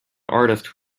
artist